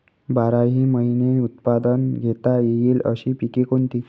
बाराही महिने उत्पादन घेता येईल अशी पिके कोणती?